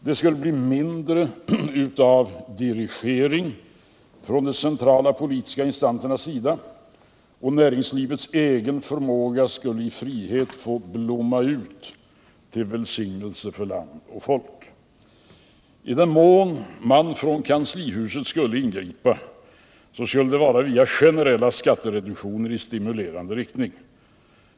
Det skulle bli mindre av dirigering från de centrala politiska instansernas sida, och näringslivets egen förmåga skulle i frihet få blomma ut till välsignelse för land och folk. I den mån man skulle ingripa från kanslihuset, skulle det vara via generella skattereduktioner i stimulerande riktning.